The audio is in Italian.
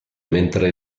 mentre